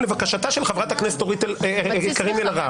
לבקשתה של חברת הכנסת קארין אלהרר.